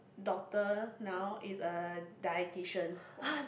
daughter now is a dietician